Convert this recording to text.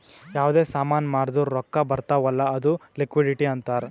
ಯಾವ್ದೇ ಸಾಮಾನ್ ಮಾರ್ದುರ್ ರೊಕ್ಕಾ ಬರ್ತಾವ್ ಅಲ್ಲ ಅದು ಲಿಕ್ವಿಡಿಟಿ ಅಂತಾರ್